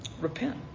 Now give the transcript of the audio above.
Repent